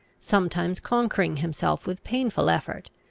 sometimes conquering himself with painful effort,